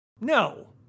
No